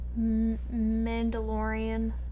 mandalorian